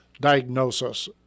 diagnosis